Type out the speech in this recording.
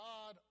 God